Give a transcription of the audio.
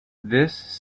this